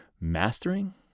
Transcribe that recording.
mastering